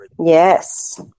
Yes